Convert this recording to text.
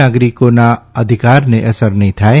નાગરિકોના અધિકારને અસર નહીં થાય